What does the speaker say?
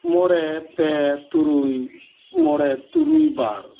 ᱢᱮᱲᱮ ᱯᱮ ᱛᱩᱨᱩᱭ ᱢᱚᱲᱮ ᱛᱩᱨᱩᱭ ᱵᱟᱨ